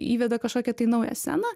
įveda kažkokią tai naują sceną